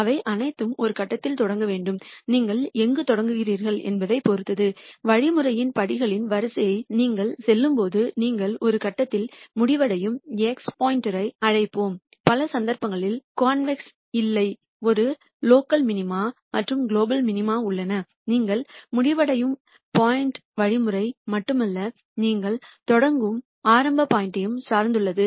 அவை அனைத்தும் ஒரு கட்டத்தில் தொடங்க வேண்டும் நீங்கள் எங்கு தொடங்குகிறீர்கள் என்பதைப் பொறுத்து வழிமுறையின் படிகளின் வரிசையை நீங்கள் செல்லும்போது நீங்கள் ஒரு கட்டத்தில் முடிவடையும் x ஐ அழைப்போம் பல சந்தர்ப்பங்களில் சிக்கல் குவிந்ததாக இல்லை பல லோக்கல் மினிமா மற்றும் குலோபல் மினிமா உள்ளன நீங்கள் முடிவடையும் பாயிண்ட் வழிமுறை மட்டுமல்ல நீங்கள் தொடங்கும் ஆரம்ப பாயிண்ட்யையும் சார்ந்துள்ளது